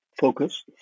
focus